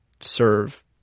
serve